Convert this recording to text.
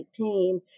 2018